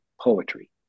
poetry